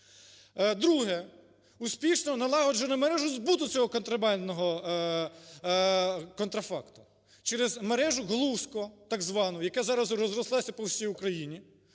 Друге. Успішно налагоджена мережа збуту цього контрабандного контрафакту через мережу "GLUSCO" так звану, яка зараз розрослася по всій Україні,